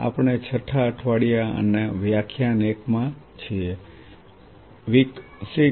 આપણે છઠા અઠવાડિયા અને વ્યાખ્યાન 1 માં છીએ W 6 L 1